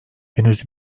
henüz